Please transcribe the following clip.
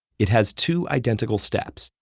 it has two identical steps,